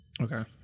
Okay